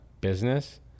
business